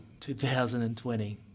2020